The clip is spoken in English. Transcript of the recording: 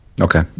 Okay